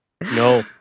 No